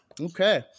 Okay